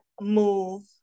move